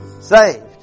saved